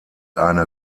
eine